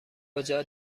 کجا